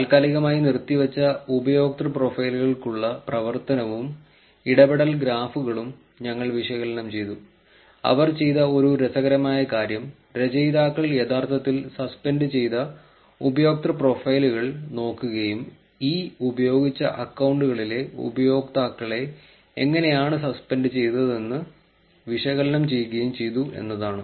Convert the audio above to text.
താൽക്കാലികമായി നിർത്തിവച്ച ഉപയോക്തൃ പ്രൊഫൈലുകൾക്കുള്ള പ്രവർത്തനവും ഇടപെടൽ ഗ്രാഫുകളും ഞങ്ങൾ വിശകലനം ചെയ്തു അവർ ചെയ്ത ഒരു രസകരമായ കാര്യം രചയിതാക്കൾ യഥാർത്ഥത്തിൽ സസ്പെൻഡ് ചെയ്ത ഉപയോക്തൃ പ്രൊഫൈലുകൾ നോക്കുകയും ഈ ഉപയോഗിച്ച അക്കൌണ്ടുകളിലെ ഉപയോക്താക്കളെ എങ്ങനെയാണ് സസ്പെൻഡ് ചെയ്തതെന്ന് വിശകലനം ചെയ്യുകയും ചെയ്തു എന്നതാണ്